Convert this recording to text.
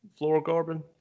fluorocarbon